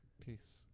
Peace